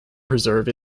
preserve